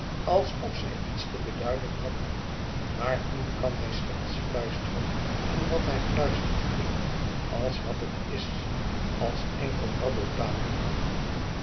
alsof zij iets te beduiden hadden maar nu kan hij slechts fluisteren en wat hij fluistert klinkt als wat het is als enkel brabbeltaal